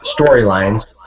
storylines